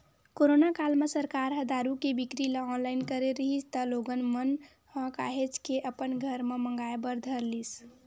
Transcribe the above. corona काल म सरकार ह दारू के बिक्री ल ऑनलाइन करे रिहिस त लोगन मन ह काहेच के अपन घर म मंगाय बर धर लिस